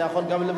אתה יכול גם,